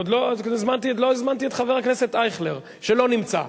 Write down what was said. עוד לא הזמנתי את חבר הכנסת אייכלר, שלא נמצא.